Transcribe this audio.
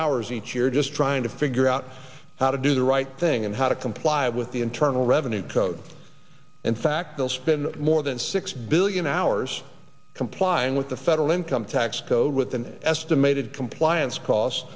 hours each year just trying to figure out how to do the right thing and how to comply with the internal revenue code and fact they'll spend more than six billion hours complying with the federal income tax code with an estimated compliance cost